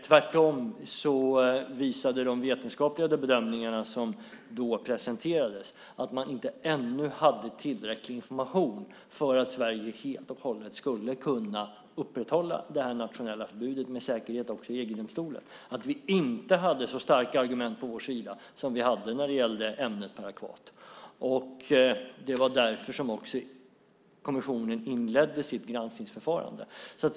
Tvärtom visade de vetenskapliga bedömningar som då presenterades att man ännu inte hade tillräcklig information för att Sverige helt och hållet och med säkerhet skulle kunna upprätthålla det här nationella förbudet också i EG-domstolen samt att vi inte hade så starka argument på vår sida som vi hade när det gällde ämnet parakvat. Därför inledde kommissionen sitt granskningsförfarande.